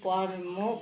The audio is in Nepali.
प्रमुख